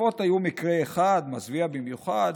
החטיפות היו מקרה אחד, מזוויע במיוחד,